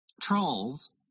Trolls